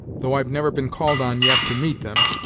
though i've never been called on, yet, to meet them,